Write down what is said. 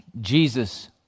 Jesus